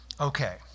Okay